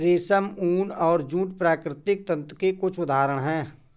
रेशम, ऊन और जूट प्राकृतिक तंतु के कुछ उदहारण हैं